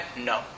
no